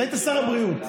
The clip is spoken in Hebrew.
אתה היית שר הבריאות.